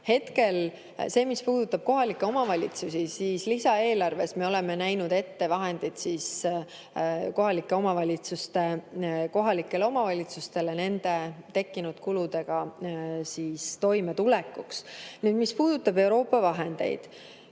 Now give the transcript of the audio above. tuge. Mis puudutab kohalikke omavalitsusi, siis hetkel lisaeelarves me oleme näinud ette vahendid kohalikele omavalitsustele nende tekkinud kuludega toimetulekuks. Nüüd, mis puudutab Euroopa vahendeid.